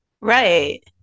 Right